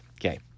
Okay